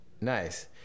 nice